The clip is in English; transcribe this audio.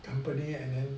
company and then